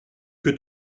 que